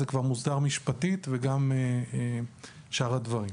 זה כבר מוסדר משפטית וגם שאר הדברים.